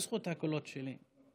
בזכות הקולות שלי.